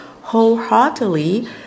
wholeheartedly